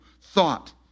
thought